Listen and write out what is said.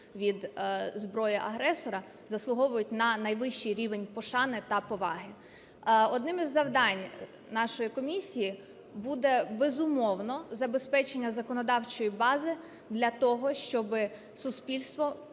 від зброї агресора, заслуговують на найвищий рівень пошани та поваги. Одним із завданням нашої комісії буде, безумовно, забезпечення законодавчої бази для того, щоб суспільство